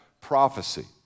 prophecy